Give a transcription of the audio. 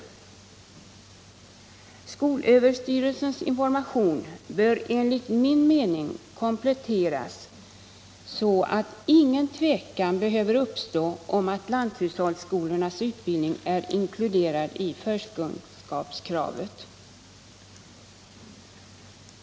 Skolöverstyrelsens information bör enligt min mening kompletteras så, att ingen tvekan behöver uppstå om att lanthushållsskolornas utbildning är inkluderad i förkunskapskravet.